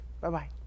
Bye-bye